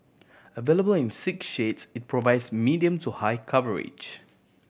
available in six shades it provides medium to high coverage